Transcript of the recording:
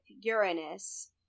Uranus